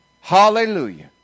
hallelujah